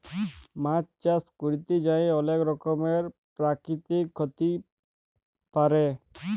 মাছ চাষ ক্যরতে যাঁয়ে অলেক রকমের পেরাকিতিক ক্ষতি পারে